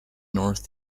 north